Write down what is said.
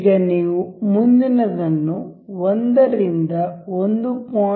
ಈಗ ನೀವು ಮುಂದಿನದನ್ನು 1 ರಿಂದ 1